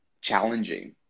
challenging